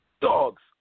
Dogs